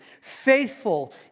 faithful